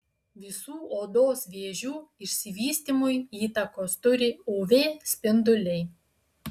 visų odos vėžių išsivystymui įtakos turi uv spinduliai